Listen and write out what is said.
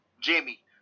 Jamie